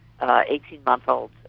18-month-old